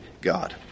God